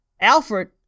Alfred